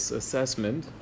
assessment